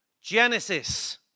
Genesis